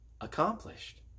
accomplished